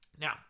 Now